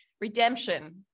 redemption